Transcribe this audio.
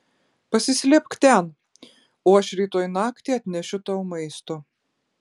pasislėpk ten o aš rytoj naktį atnešiu tau maisto